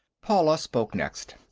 paula spoke next.